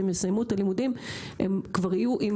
כשהם יסיימו את הלימודים הם כבר יהיו עם